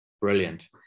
brilliant